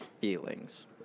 feelings